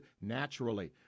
naturally